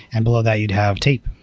and below that you'd have tape.